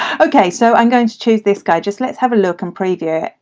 okay so i'm going to choose this guy, just let's have a look and preview.